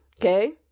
okay